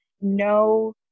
no